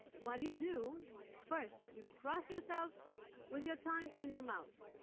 what do you do first? you cross yourself with your tongue in your mouth.